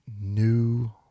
new